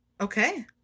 Okay